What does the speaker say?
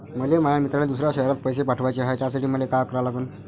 मले माया मित्राले दुसऱ्या शयरात पैसे पाठवाचे हाय, त्यासाठी मले का करा लागन?